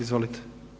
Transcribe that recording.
Izvolite.